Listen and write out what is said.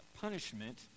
punishment